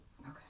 Okay